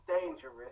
dangerous